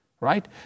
Right